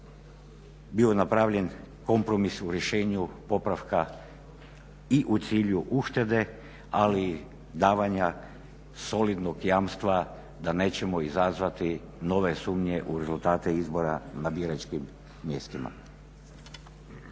bio napravljen kompromis u rješenju popravka i u cilju uštede ali i davanja solidnog jamstva da nećemo izazvati nove sumnje u rezultate izbora na biračkim mjestima.